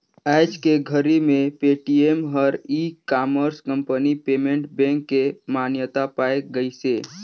आयज के घरी मे पेटीएम हर e commerce company payment bank के मान्यता पाए गइसे